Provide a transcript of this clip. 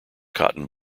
cotton